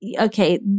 Okay